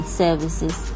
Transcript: services